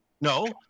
No